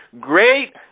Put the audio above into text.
great